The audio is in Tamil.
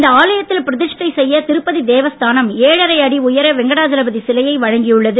இந்த ஆலயத்தில் பிரதிஷ்டை செய்ய திருப்பதி தேவஸ்தானம் ஏழரை அடி வெங்கடாஜலபதி சிலையை வழங்கியுள்ளது